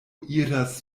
iras